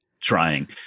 trying